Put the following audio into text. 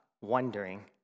wondering